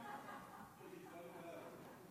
שלוש דקות, אופיר.